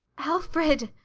alfred!